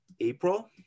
April